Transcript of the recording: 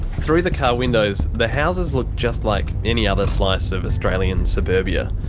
through the car windows the houses look just like any other slice of australian suburbia.